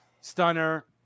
stunner